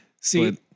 See